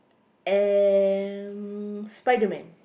and Spiderman